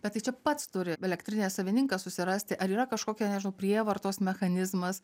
bet tai čia pats turi elektrinės savininkas susirasti ar yra kažkokia nežinau prievartos mechanizmas